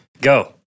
Go